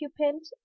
occupant